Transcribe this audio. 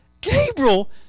Gabriel